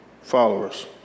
followers